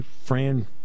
Fran